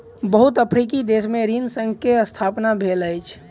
बहुत अफ्रीकी देश में ऋण संघ के स्थापना भेल अछि